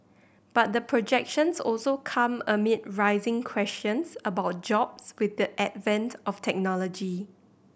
but the projections also come amid rising questions about jobs with the advent of technology